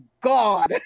God